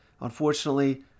Unfortunately